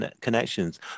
connections